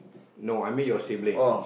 no I mean your sibling